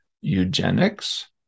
eugenics